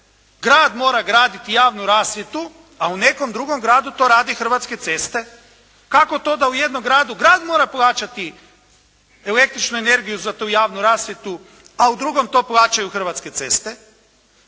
grad mora graditi javnu rasvjetu, a u nekom drugom gradu to radi Hrvatske ceste? Kako to da u jednom gradu grad mora plaćati električnu energiju za tu javnu rasvjetu, a u drugom to plaćaju Hrvatske ceste?